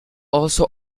also